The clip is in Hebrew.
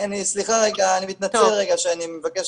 אני מתנצל שאני מבקש